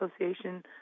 association